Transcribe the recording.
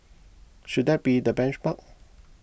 should that be the benchmark